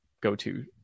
go-to